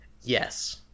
Yes